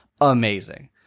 amazing